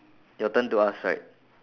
your turn to ask right